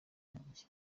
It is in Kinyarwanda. yanjye